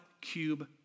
cube